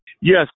Yes